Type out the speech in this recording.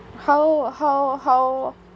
how how how